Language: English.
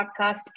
podcast